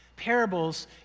parables